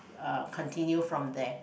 uh continue from there